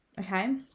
okay